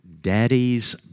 Daddy's